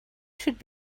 should